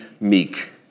meek